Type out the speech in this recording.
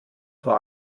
vor